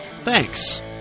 Thanks